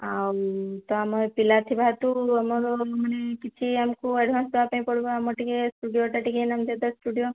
ଆଉ ତ ଆମ ହେଇ ପିଲା ଥିବା ହେତୁ ଆମର ମାନେ କିଛି ଆମକୁ ଆଡ଼ଭାନ୍ସ ଦେବା ପାଇଁ ପଡ଼ିବ ଆମର ଟିକେ ଷ୍ଟୁଡ଼ିଓଟା ଟିକେ ନାମଜାଦା ଷ୍ଟୁଡ଼ିଓ